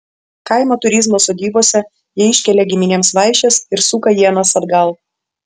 kaimo turizmo sodybose jie iškelia giminėms vaišes ir suka ienas atgal